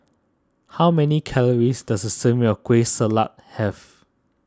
how many calories does a serving of Kueh Salat have